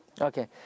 Okay